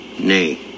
Nay